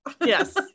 Yes